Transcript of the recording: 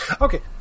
okay